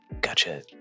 Gotcha